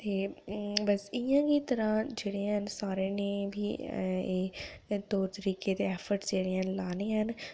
ते बस इ'यां गै जेह्ड़े हैन साढ़े हैन तौर तरीके दे ऐफर्ड जेह्ड़े हैन लाने हैन